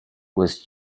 was